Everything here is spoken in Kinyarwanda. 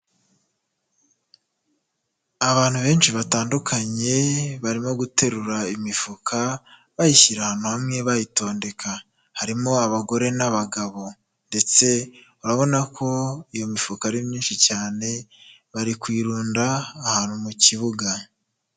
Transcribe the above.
Abantu benshi batandukanye, barimo guterura imifuka, bayishyira ahantu hamwe bayitondeka. Harimo abagore n'abagabo. Ndetse urabona ko iyo mifuka ari myinshi cyane, bari kuyirunda ahantu mu kibuga.